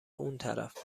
اونطرف